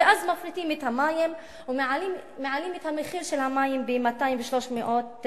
ואז מפריטים את המים ומעלים את המחיר של המים ב-200% ו-300%.